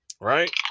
Right